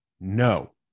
No